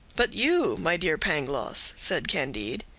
but you, my dear pangloss, said candide,